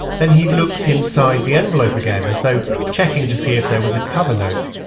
then he looks inside the envelope again as though checking just here if there was a cover note,